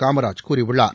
காமராஜ் கூறியுள்ளார்